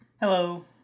Hello